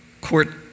court